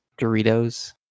Doritos